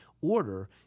order –